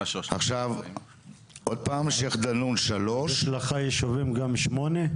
יש לך ישובים גם שמונה?